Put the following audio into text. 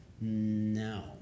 No